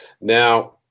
now